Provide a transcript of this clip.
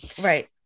Right